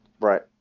right